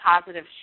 positive